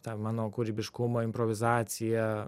tą mano kūrybiškumą improvizaciją